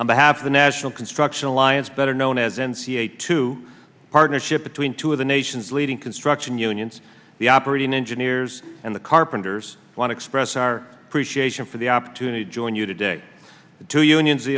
on behalf of the national construction alliance better known as n c a two partnership between two of the nation's leading construction unions the operating engineers and the carpenters want to express our appreciation for the opportunity to join you today to unions the